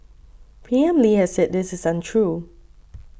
P M Lee has said this is untrue